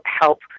help